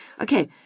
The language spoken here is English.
Okay